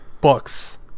books